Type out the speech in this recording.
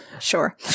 sure